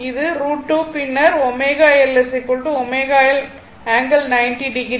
இது √ 2 பின்னர் ω L ω L ∠90o